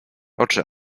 oczy